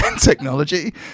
technology